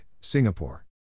Singapore